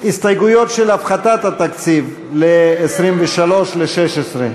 הסתייגויות של הפחתת התקציב ב-23 ל-2016,